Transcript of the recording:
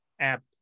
app